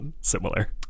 similar